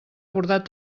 bordat